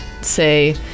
say